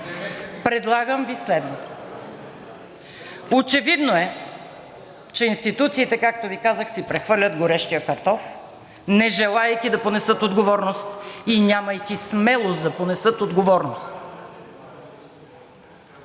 Предлагам Ви следното. Очевидно е, че институциите, както Ви казах, си прехвърлят горещия картоф, не желаейки да понесат отговорност и нямайки смелост да понесат отговорност.